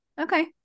okay